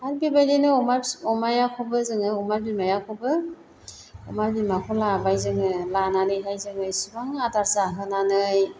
आरो बेबायदिनो अमाखौबो जोङो अमा बिमाखौबो अमा बिमाखौ लाबाय जोङो लानानैहाय जोङो एसेबां आदार जाहोनानै